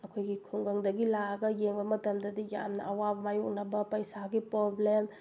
ꯑꯩꯈꯣꯏꯒꯤ ꯈꯨꯡꯒꯪꯗꯒꯤ ꯂꯥꯛꯑꯒ ꯌꯦꯡꯕ ꯃꯇꯝꯗꯗꯤ ꯌꯥꯝꯅ ꯑꯋꯥꯕ ꯃꯥꯏꯌꯣꯛꯅꯕ ꯄꯩꯁꯥꯒꯤ ꯄ꯭ꯔꯣꯕ꯭ꯂꯦꯝ